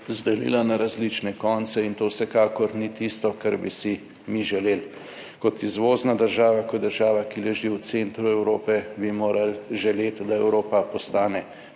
razdelila na različne konce in to vsekakor ni tisto, kar bi si mi želeli. Kot izvozna država, kot država, ki leži v centru Evrope, bi morali želeti, da Evropa postane